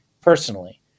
personally